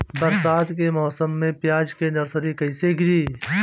बरसात के मौसम में प्याज के नर्सरी कैसे गिरी?